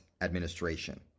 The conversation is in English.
administration